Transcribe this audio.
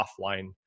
offline